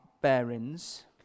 bearings